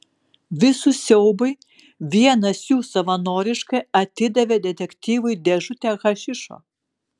visų siaubui vienas jų savanoriškai atidavė detektyvui dėžutę hašišo